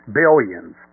billions